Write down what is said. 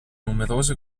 numerose